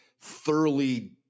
thoroughly